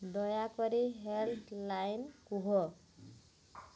ଦୟାକରି ହେର୍ଡ଼ଲାଇନ୍ କୁହ